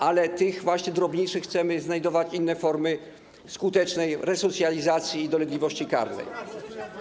Ale dla tych drobniejszych chcemy znajdować inne formy skutecznej resocjalizacji i dolegliwości karnej.